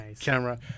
camera